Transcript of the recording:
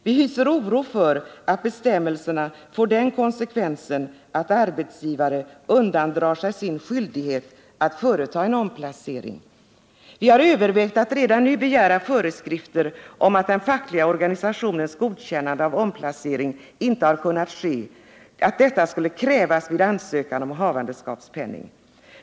Vi hyser oro för att bestämmelserna får den konsekvensen att arbetsgivare undandrar sig sin skyldighet att företa en omplacering. Vi har övervägt att redan nu begära föreskrifter om att den fackliga organisationens godkännande av att omplacering inte har kunnat ske skulle krävas vid ansökan om havandeskapspenning.